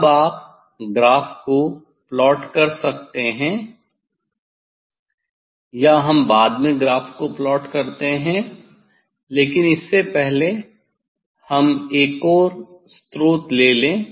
अब आप ग्राफ को प्लॉट कर सकते हैं या हम बाद में ग्राफ को प्लॉट करते हैं लेकिन इससे पहले हम एक और स्रोत ले लें